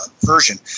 version